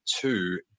two